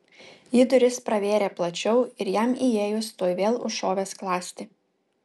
ji duris pravėrė plačiau ir jam įėjus tuoj vėl užšovė skląstį